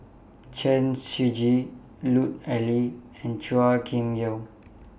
Chen Shiji Lut Ali and Chua Kim Yeow